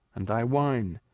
and thy wine,